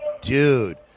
dude